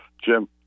Jim